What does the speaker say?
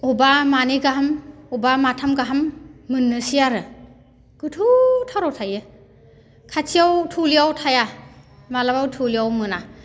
अबबा मानैगाहाम अबबा माथामगाहाम मोननोसै आरो गोथौथाराव थायो खाथियाव थौलेयाव थाया माब्लाबाबो थौलेयाव मोना